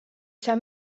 saa